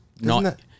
not-